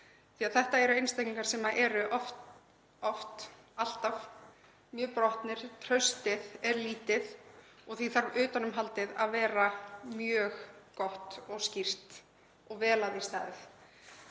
því að þetta eru einstaklingar sem eru oft, alltaf, mjög brotnir, traustið er lítið og því þarf utanumhaldið að vera mjög gott og skýrt og vel að því staðið.